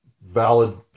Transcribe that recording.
valid